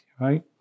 right